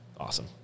Awesome